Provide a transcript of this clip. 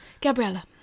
Gabriella